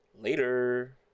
Later